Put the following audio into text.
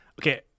Okay